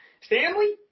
Stanley